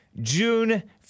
June